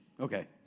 Okay